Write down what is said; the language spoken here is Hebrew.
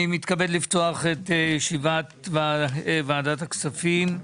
אני מתכבד לפתוח את ישיבת ועדת הכספים.